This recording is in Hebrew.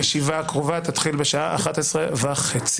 הישיבה הקרובה תתחיל בשעה 11:30. הישיבה ננעלה בשעה